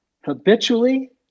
habitually